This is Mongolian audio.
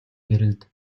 гэрэлд